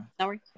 Sorry